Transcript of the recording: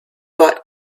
bought